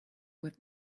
with